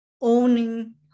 owning